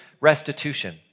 restitution